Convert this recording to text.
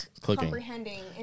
comprehending